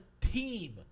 team